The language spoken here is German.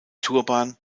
turban